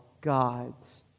God's